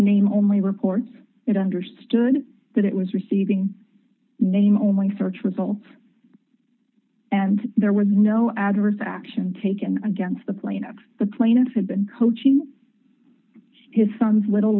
name only reports it understood that it was receiving name only search results and there was no adverse action taken against the plaintiff the plaintiff had been coaching his son's little